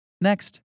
Next